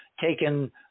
taken